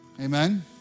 Amen